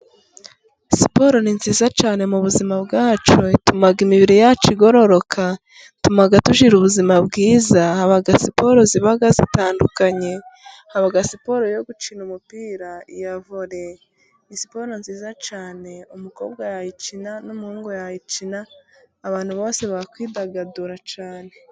Siporo ni nziza cyane mu buzima bwacu, ituma imibiri yacu igororoka, ituma tugira ubuzima bwiza, haba siporo ziba zitandukanye, haba siporo yo gukina umupira, iya vore, sporo ni nziza cyane, umukobwa ya yikina, n'umuhungu ya yikina, abantu bose bakwidagadura cyane.